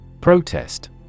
Protest